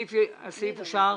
אין סעיף 31 נתקבל.